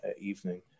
evening